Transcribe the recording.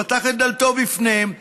פתח את דלתו בפניהם ואמר: